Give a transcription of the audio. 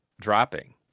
dropping